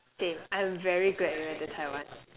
okay I'm very glad we went to Taiwan